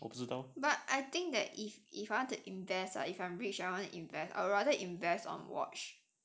but I think that if if I want to invest or if I'm rich I want to invest I rather invest on watch